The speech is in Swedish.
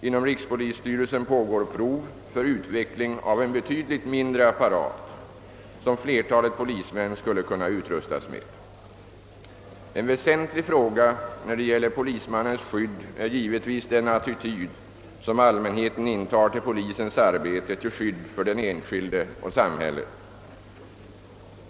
Inom rikspolisstyrelsen pågår prov för utveckling av en betydligt mindre apparat, som flertalet polismän skulle kunna utrustas med. En väsentlig fråga när det gäller polismannens skydd är givetvis den attityd som allmänheten intar till polisens arbete till skydd för den enskilde och samhället.